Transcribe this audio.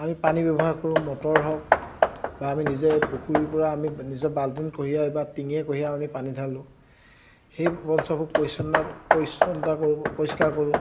আমি পানী ব্যৱহাৰ কৰোঁ মটৰ হওক বা আমি নিজে পুখুৰীৰ পৰা আমি নিজৰ বাল্টিং কঢ়িয়াই বা টিঙে কঢ়িয়াই আমি পানী ঢালোঁ সেই বঞ্চবোৰ পৰিচ্ছন্ন পৰিচ্ছন্নতা কৰোঁ পৰিষ্কাৰ কৰোঁ